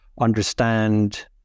understand